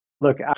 Look